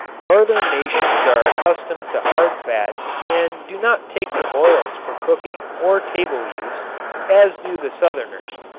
northern nations are accustomed to hard fats and do not take to oils for cooking or table use as do the southerners.